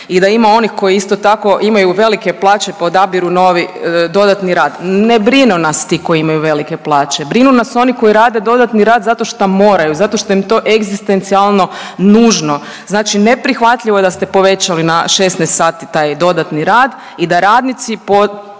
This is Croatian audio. i da ima onih koji isto tako imaju velike plaće, pa odabiru novi dodatni rad. Ne brinu nas ti koji imaju velike plaće. Brinu nas oni koji rade dodatni rad zato šta moraju, zato što im je to egzistencijalno nužno. Znači neprihvatljivo je da ste povećali na 16 sati taj dodatni rad i da radnici